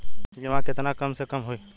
बीमा केतना के कम से कम होई?